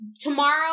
tomorrow